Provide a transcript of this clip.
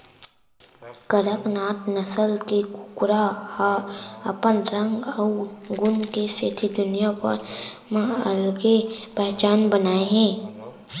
कड़कनाथ नसल के कुकरा ह अपन रंग अउ गुन के सेती दुनिया भर म अलगे पहचान बनाए हे